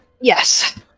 Yes